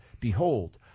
Behold